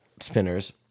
spinners